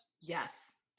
yes